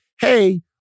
hey